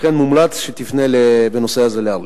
לכן מומלץ לפנות בנושא הזה אליהם.